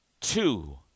Two